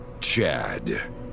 Chad